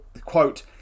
quote